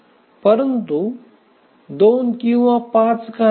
परंतु २ किंवा ५ का नाही